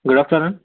good afternoon